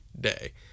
day